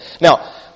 Now